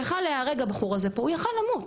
היה יכול להיהרג הבחור הזה פה, הוא היה יכול למות.